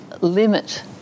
limit